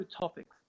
topics